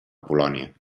polònia